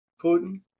Putin